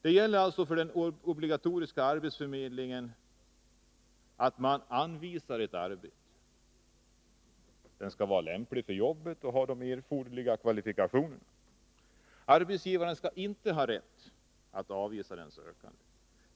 Det gäller alltså för den obligatoriska arbetsförmedlingen att anvisa ett arbete. Vederbörande skall vara lämplig för jobbet och ha de erforderliga kvalifikationerna. Arbetsgivaren skall inte ha rätt att avvisa den sökande.